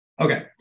Okay